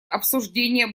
обсуждения